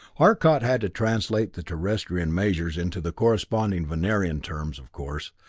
arcot had to translate the terrestrian measures into the corresponding venerian terms, of course,